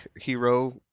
hero